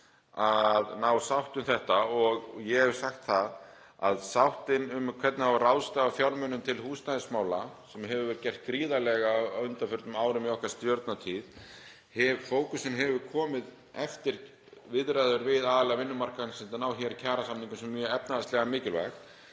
að ná sátt um þetta. Ég hef sagt það að sáttin um hvernig á að ráðstafa fjármunum til húsnæðismála, sem hefur verið gert gríðarlega mikið af á undanförnum árum í okkar stjórnartíð — fókusinn hefur komið eftir viðræður við aðila vinnumarkaðarins til að ná kjarasamningum sem er mjög efnahagslega mikilvægt.